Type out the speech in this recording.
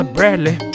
Bradley